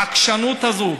העקשנות הזאת,